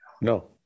no